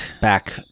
back